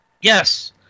Yes